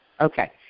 okay